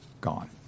gone